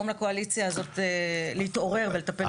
לקואליציה הזאת להתעורר ולטפל ביוקר המחיה.